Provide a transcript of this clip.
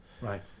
Right